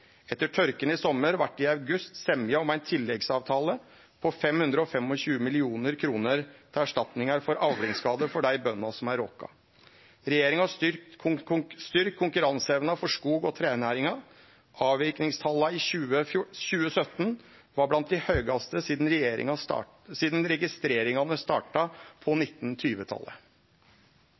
Etter tørken i sommar vart det i august semje om ein tilleggsavtale på 525 mill. kr til erstatningar for avlingsskade for dei bøndene som er råka. Regjeringa har styrkt konkurranseevna for skog- og trenæringa. Avverkingstala i 2017 var blant dei høgaste sidan registreringane starta på